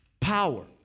Power